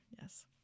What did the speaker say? yes